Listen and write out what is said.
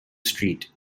street